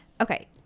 okay